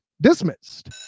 dismissed